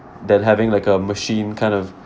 than having like a machine kind of